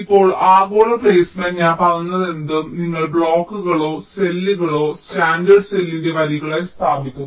ഇപ്പോൾ ആഗോള പ്ലെയ്സ്മെന്റ് ഞാൻ പറഞ്ഞതെന്തും നിങ്ങൾ ബ്ലോക്കുകളോ സെല്ലുകളോ സ്റ്റാൻഡേർഡ് സെല്ലിന്റെ വരികളായി സ്ഥാപിക്കുന്നു